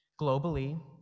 Globally